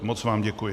Moc vám děkuji.